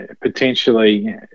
Potentially